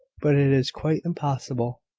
but it is quite impossible.